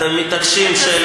אתם מתעקשים,